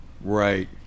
Right